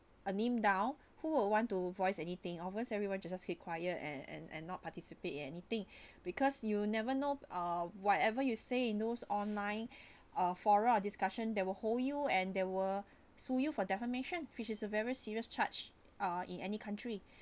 a name down who would want to voice anything obvious everyone just keep quiet and and and not participate in anything because you never know uh whatever you say it knows online uh forum or discussion that would hold you and there will sue you for defamation which is a very serious charge uh in any country